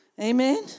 Amen